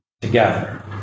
together